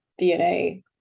DNA